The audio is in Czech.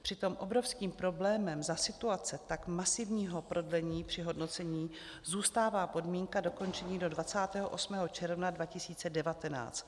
Přitom obrovským problémem za situace tak masivního prodlení při hodnocení zůstává podmínka dokončení do 28. června 2019.